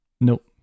Nope